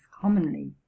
commonly